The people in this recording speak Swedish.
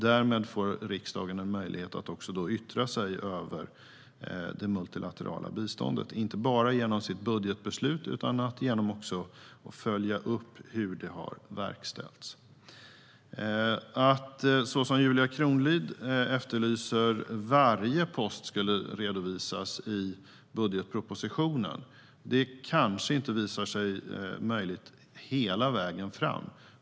Därmed får riksdagen en möjlighet att yttra sig över det multilaterala biståndet, inte bara genom sitt budgetbeslut, utan också genom att följa upp hur det har verkställts. Att varje post skulle redovisas i budgetpropositionen, som Julia Kronlid efterlyser, kanske inte visar sig möjligt hela vägen fram.